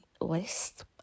list